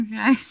Okay